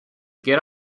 get